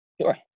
Sure